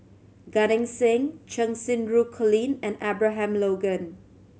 Gan Eng Seng Cheng Xinru Colin and Abraham Logan